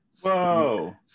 Whoa